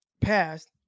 passed